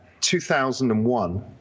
2001